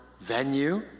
venue